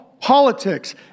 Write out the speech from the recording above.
politics